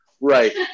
right